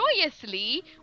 joyously